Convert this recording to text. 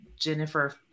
Jennifer